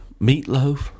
meatloaf